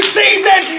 season